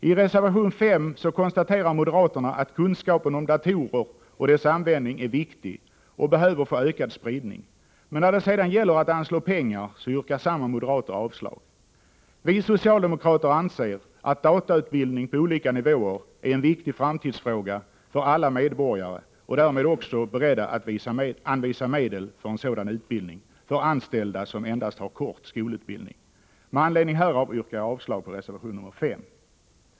I reservation 5 konstaterar moderaterna att kunskapen om datorer och deras användning är viktig och behöver få ökad spridning. Men när det sedan gäller att anslå pengar yrkar samma moderater avslag. Vi socialdemokrater anser att datautbildning på olika nivåer är en viktig framtidsfråga för alla medborgare, och är därmed också beredda att anvisa medel för sådan utbildning för anställda som endast har kort skolutbildning. Med anledning härav yrkar jag avslag på reservation 5.